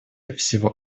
всего